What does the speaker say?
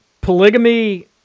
Polygamy